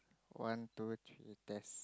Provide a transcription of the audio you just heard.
one two three test